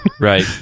right